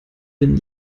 den